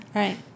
right